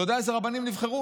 אתה יודע איזה רבנים נבחרו?